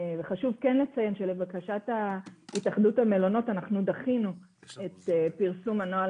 חשוב לציין שלבקשת התאחדות המלונות דחינו את פרסום הנוהל